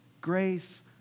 Grace